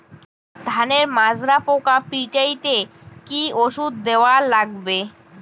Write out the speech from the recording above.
ধানের মাজরা পোকা পিটাইতে কি ওষুধ দেওয়া লাগবে?